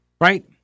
Right